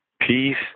Peace